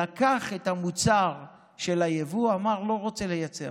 לקח את המוצר של היבוא ואמר: לא רוצה לייצר.